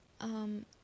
um-